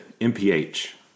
MPH